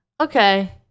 Okay